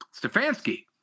Stefanski